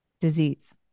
disease